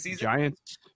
Giants